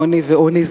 עוני ועוני,